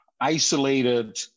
isolated